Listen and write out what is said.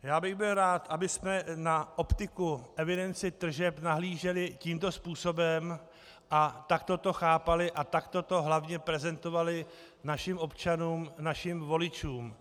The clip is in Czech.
Byl bych rád, abychom na optiku evidence tržeb nahlíželi tímto způsobem a takto to chápali a takto to hlavně prezentovali našim občanům, našim voličům.